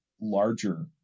larger